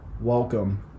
welcome